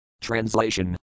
Translation